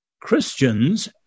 Christians